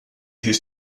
his